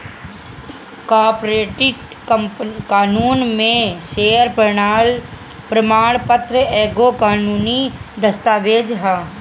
corporate कानून में share प्रमाण पत्र एगो कानूनी दस्तावेज हअ